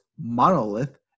Monolith